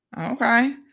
Okay